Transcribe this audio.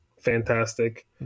fantastic